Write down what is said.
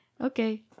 Okay